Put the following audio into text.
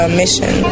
mission